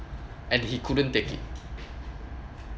and he couldn't take it